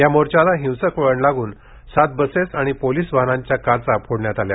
या मोर्चाला हिंसक वळण लागून सात बसेस आणि पोलीस वाहनांच्या काचा फोडण्यात आल्या